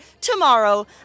tomorrow